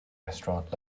restaurant